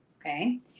okay